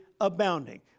abounding